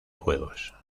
juegos